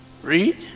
Read